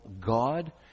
God